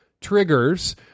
triggers